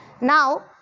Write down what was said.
Now